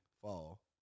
fall